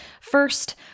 First